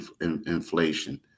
inflation